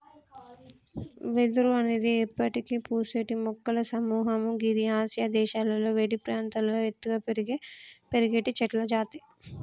వెదురు అనేది ఎప్పటికి పూసేటి మొక్కల సముహము గిది ఆసియా దేశాలలో వేడి ప్రాంతాల్లో ఎత్తుగా పెరిగేటి చెట్లజాతి